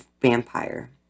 vampire